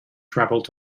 travelled